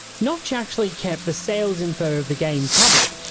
notch actually kept the sales info of the game public,